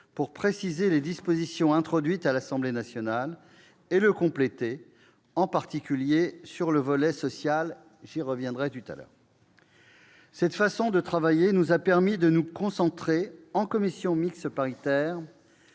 pour préciser les dispositions introduites à l'Assemblée nationale et les compléter, en particulier sur le volet social ; j'y reviendrai. Cette façon de travailler nous a permis de nous concentrer, en commission mixte paritaire,